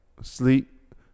sleep